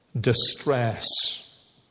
distress